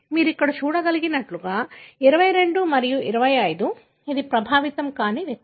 మీరు ఇక్కడ చూడగలిగినట్లుగా 22 మరియు 25 ఇవి ప్రభావితం కాని వ్యక్తులు